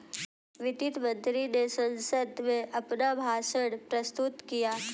वित्त मंत्री ने संसद में अपना भाषण प्रस्तुत किया